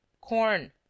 corn